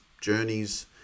journeys